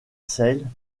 seille